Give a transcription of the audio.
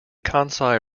kansai